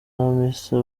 hamisa